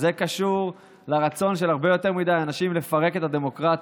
זה קשור לרצון של הרבה יותר מדי אנשים לפרק את הדמוקרטיה.